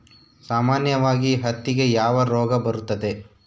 ಸಾಮಾನ್ಯವಾಗಿ ಹತ್ತಿಗೆ ಯಾವ ರೋಗ ಬರುತ್ತದೆ?